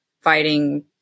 fighting